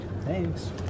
Thanks